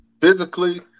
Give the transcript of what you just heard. physically